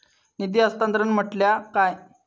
निधी हस्तांतरण म्हटल्या काय?